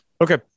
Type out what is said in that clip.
Okay